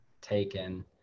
taken